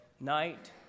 night